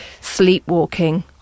sleepwalking